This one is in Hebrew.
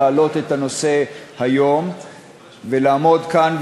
שמוצע כאן,